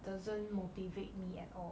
doesn't motivate me at all